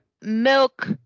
milk